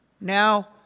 Now